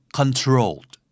controlled